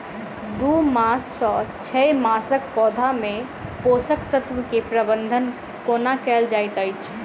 दू मास सँ छै मासक पौधा मे पोसक तत्त्व केँ प्रबंधन कोना कएल जाइत अछि?